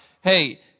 Hey